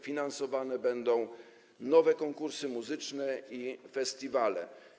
Finansowane będą nowe konkursy muzyczne i festiwale.